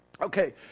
Okay